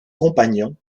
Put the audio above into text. compagnon